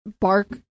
bark